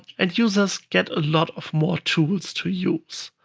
and users get a lot of more tools to use.